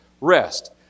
rest